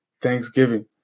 Thanksgiving